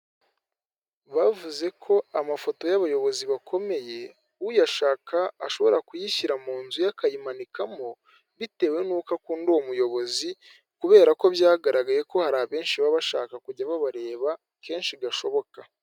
Bavuze ko amafoto y'abayobozi bakomeye uyashaka ashobora kuyishyira mu nzu ye akayimanikamo bitewe n'uko akunda uwo muyobozi kubera ko byagaragaye ko hari abenshi baba bashaka kujya babareba kenshi gashoboka.